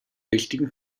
wichtigen